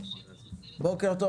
בוקר טוב,